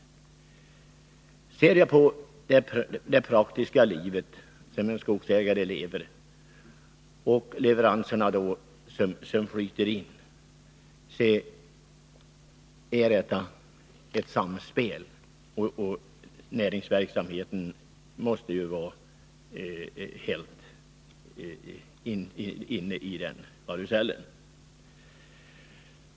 Ser man på det praktiska livet för en skogsägare, finner man att leveranserna ingår i ett samspel helt inom ramen för hans näringsverksamhet.